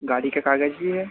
गाड़ी का कागज भी है